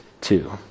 two